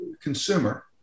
consumer